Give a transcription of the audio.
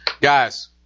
Guys